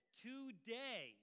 today